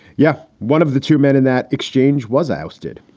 yeah. one of the two men in that exchange was ousted.